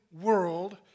world